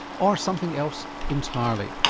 or something else entirely?